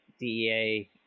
DEA